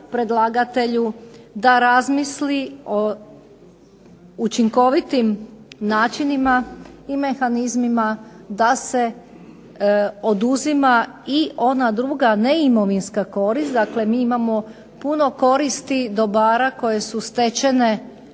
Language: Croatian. predlagatelju da razmisli o učinkovitim načinima i mehanizmima da se oduzima i ona druga neimovinska korist, dakle mi imamo puno koristi dobara koje su stečene